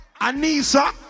Anissa